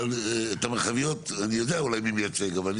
את המרחביות אני יודע אולי מי מייצג אבל אני